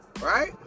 right